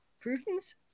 Prudence